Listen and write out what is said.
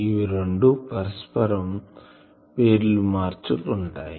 ఇవి రెండు పరస్పరం పేర్లు మార్చుకుంటాయి